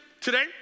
today